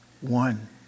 one